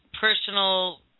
personal